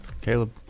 Caleb